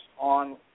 on